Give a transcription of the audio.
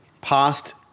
past